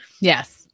Yes